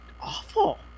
awful